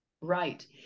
Right